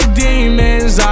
demons